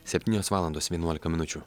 septynios valandos vienuolika minučių